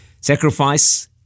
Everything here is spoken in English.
Sacrifice